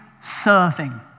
serving